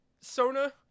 Sona